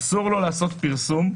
אסור לו לעשות פרסום,